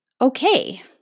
okay